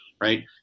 right